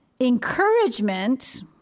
encouragement